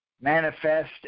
manifest